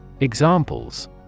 Examples